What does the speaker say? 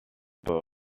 bob